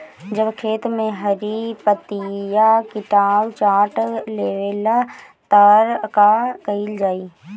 जब खेत मे हरी पतीया किटानु चाट लेवेला तऽ का कईल जाई?